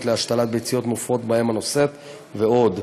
להשתלת ביציות מופרות באם הנושאת ועוד.